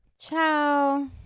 Ciao